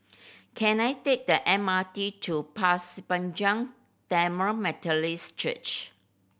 can I take the M R T to Pasir Panjang Tamil Methodist Church